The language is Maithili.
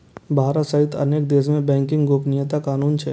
भारत सहित अनेक देश मे बैंकिंग गोपनीयता कानून छै